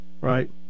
right